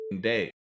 day